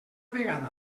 vegada